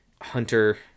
Hunter